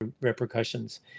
repercussions